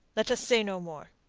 let us say no more.